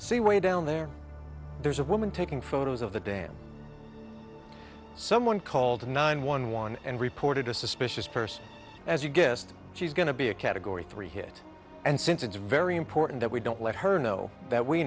say way down there there's a woman taking photos of the day someone called nine one one and reported a suspicious person as you guessed she's going to be a category three hit and since it's a very important that we don't let her know that we